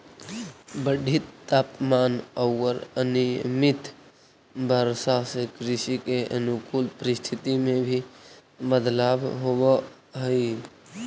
बढ़ित तापमान औउर अनियमित वर्षा से कृषि के अनुकूल परिस्थिति में भी बदलाव होवऽ हई